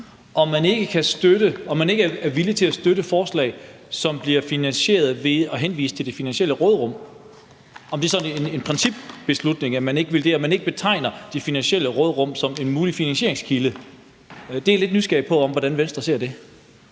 om man ikke er villig til at støtte forslag, som bliver finansieret ved at henvise til det finansielle råderum. Er det sådan en principbeslutning, at man ikke vil det, og at man ikke betegner det finansielle råderum som en mulig finansieringskilde? Det er jeg lidt nysgerrig på hvordan Venstre ser på.